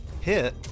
hit